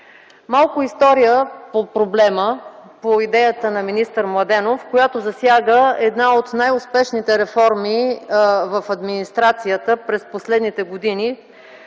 Малко история по проблема, по идеята на министър Младенов, която засяга една от най-успешните реформи в администрацията през последните години,